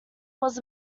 was